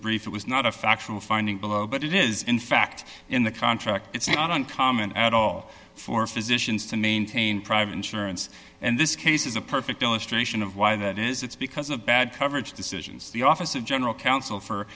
brief it was not a factual finding below but it is in fact in the contract it's not uncommon at all for physicians to maintain private insurance and this case is a perfect illustration of why that is it's because of bad coverage decisions the office of general counsel for